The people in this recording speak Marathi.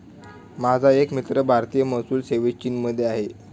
माझा एक मित्र भारतीय महसूल सेवेत चीनमध्ये आहे